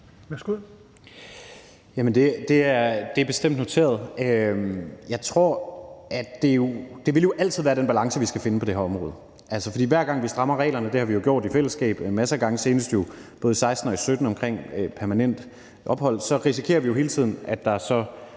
det er bestemt noteret. Jeg tror, at det jo altid vil være den balance, vi skal ind på på det her område, for hver gang vi strammer reglerne – det har vi gjort i fællesskab masser af gange, senest både i 2016 og i 2017 omkring permanent ophold – risikerer vi hele tiden, at der så